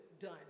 Done